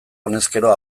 honezkero